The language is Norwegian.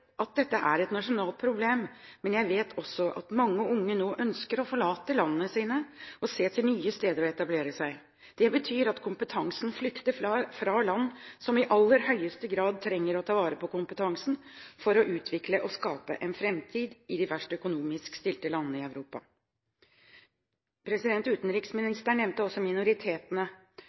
at dette er et nasjonalt problem, men jeg vet også at mange unge nå ønsker å forlate landene sine og se til nye steder å etablere seg. Det betyr at kompetansen flykter fra land som i aller høyeste grad trenger å ta vare på kompetansen for å utvikle og skape en framtid for de verst økonomisk stilte landene i Europa. Utenriksministeren nevnte også minoritetene.